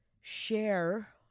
share